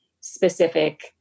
specific